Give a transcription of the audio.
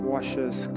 Washes